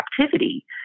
captivity